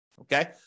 okay